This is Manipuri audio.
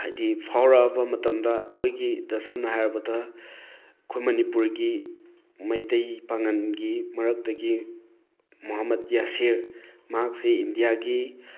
ꯍꯥꯏꯗꯤ ꯐꯥꯎꯔꯛꯑꯕ ꯃꯇꯝꯗ ꯑꯩꯈꯣꯏꯒꯤꯗ ꯁꯝꯅ ꯍꯥꯏꯔꯕꯗ ꯑꯩꯈꯣꯏ ꯃꯅꯤꯄꯨꯔꯒꯤ ꯃꯩꯇꯩ ꯄꯥꯉꯟꯒꯤ ꯃꯔꯛꯇꯒꯤ ꯃꯨꯍꯝꯃꯠ ꯌꯥꯁꯤꯔ ꯃꯍꯥꯛꯁꯤ ꯏꯟꯗꯤꯌꯥꯒꯤ